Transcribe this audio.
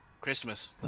Christmas